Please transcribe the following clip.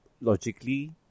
logically